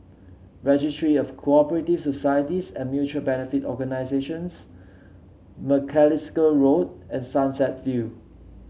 Registry of Co operative Societies and Mutual Benefit Organisations Macalister Road and Sunset View